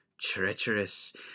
treacherous